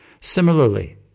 Similarly